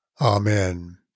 Amen